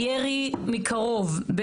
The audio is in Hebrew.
מירי מקרוב,